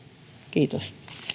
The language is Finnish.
kiitos